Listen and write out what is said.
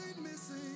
Missing